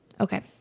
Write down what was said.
Okay